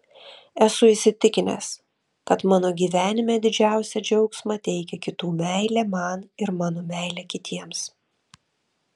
esu įsitikinęs kad mano gyvenime didžiausią džiaugsmą teikia kitų meilė man ir mano meilė kitiems